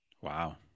Wow